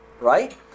right